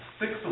six